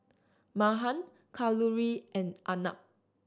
Mahan Kalluri and Arnab